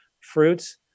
fruits